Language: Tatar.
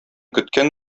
көткән